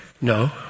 No